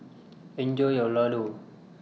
Enjoy your Ladoo